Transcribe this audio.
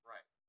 Right